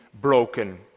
broken